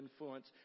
influence